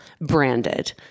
Branded